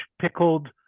pickled